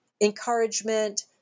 encouragement